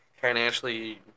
financially